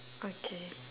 okay